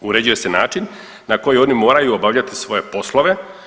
Uređuje se način na koji oni moraju obavljati svoje poslove.